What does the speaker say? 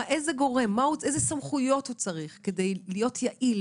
איזה סמכויות הוא צריך כדי להיות יעיל